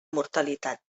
mortalitat